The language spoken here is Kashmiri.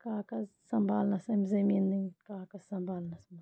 کاغذ سنٛبھالنَس اَمہِ زٔمیٖنٕکۍ کاغذ سنٛبھالنَس منٛز